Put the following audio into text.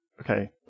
Okay